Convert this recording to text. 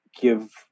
give